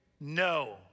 No